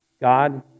God